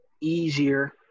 easier